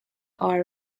are